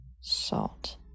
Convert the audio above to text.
Salt